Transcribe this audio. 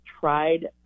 tried